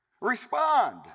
Respond